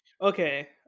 Okay